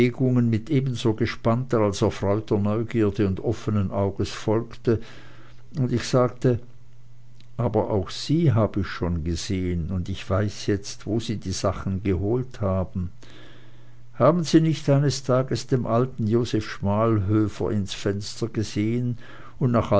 mit ebenso gespannter als erfreuter neugierde und offenen auges folgte und ich sagte aber auch sie hab ich schon gesehen und ich weiß jetzt wo sie die sachen geholt haben haben sie nicht eines tages dem alten joseph schmalhöfer ins fenster gesehen und nach